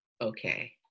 okay